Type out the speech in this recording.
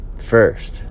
first